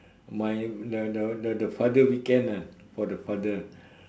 my the the the father weekend ah for the father